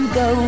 go